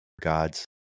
God's